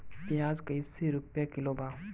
प्याज कइसे रुपया किलो बा?